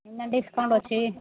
ନା ଡିସ୍କାଉଣ୍ଟ ଅଛି